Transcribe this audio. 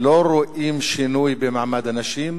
לא רואים שינוי במעמד הנשים.